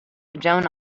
joan